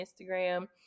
Instagram